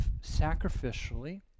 sacrificially